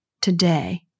today